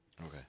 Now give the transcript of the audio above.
Okay